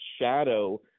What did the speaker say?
shadow